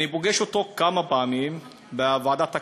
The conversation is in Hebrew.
אני פוגש אותו כמה פעמים בוועדת הכלכלה,